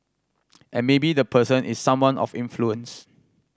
and maybe the person is someone of influence